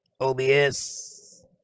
OBS